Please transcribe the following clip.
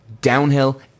Downhill